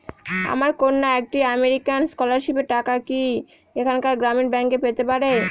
আমার কন্যা একটি আমেরিকান স্কলারশিপের টাকা কি এখানকার গ্রামীণ ব্যাংকে পেতে পারে?